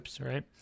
right